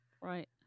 Right